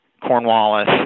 Cornwallis